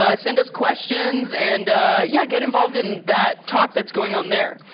ah send us questions and yeah, get involved in that talk that's going on there.